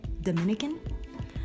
Dominican